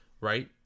right